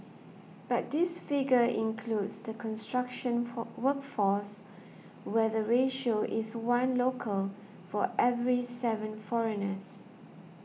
but this figure includes the construction for workforce where the ratio is one local for every seven foreigners